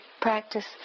practice